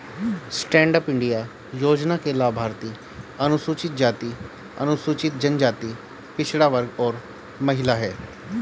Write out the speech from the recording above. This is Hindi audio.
स्टैंड अप इंडिया योजना के लाभार्थी अनुसूचित जाति, अनुसूचित जनजाति, पिछड़ा वर्ग और महिला है